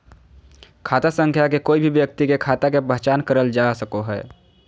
खाता संख्या से कोय भी व्यक्ति के खाता के पहचान करल जा सको हय